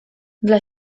dla